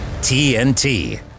TNT